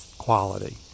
quality